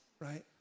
right